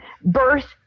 birth